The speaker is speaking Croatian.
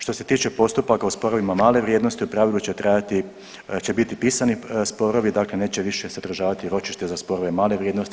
Što se tiče postupaka u sporovima male vrijednosti u pravilu će trajati, će biti pisani sporovi, dakle neće više sadržavati ročište za sporove male vrijednosti.